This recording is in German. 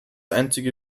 einzige